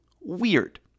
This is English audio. weird